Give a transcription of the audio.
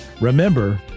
remember